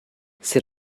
sit